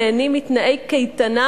נהנים מתנאי קייטנה,